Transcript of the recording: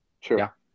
Sure